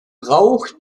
brauch